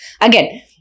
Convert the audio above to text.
again